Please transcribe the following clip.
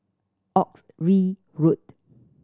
Oxley Road